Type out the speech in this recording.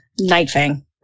Nightfang